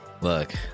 Look